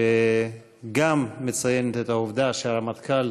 שגם מציינת את העובדה שהרמטכ"ל